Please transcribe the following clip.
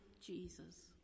Jesus